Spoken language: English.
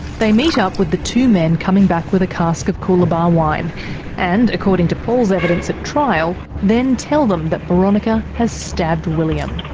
they meet up with the two men coming back with a cask of coolabah wine and, according to paul's evidence at trial, then tell them that boronika has stabbed william.